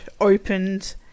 opened